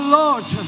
lord